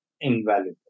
invaluable